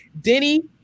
Denny